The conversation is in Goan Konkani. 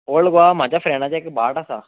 ओल्ड गोवा म्हाज्या फ्रेडांचे एक भाट आसा